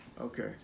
Okay